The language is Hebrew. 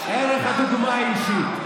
ערך הדוגמה האישית.